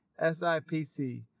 sipc